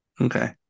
Okay